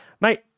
Mate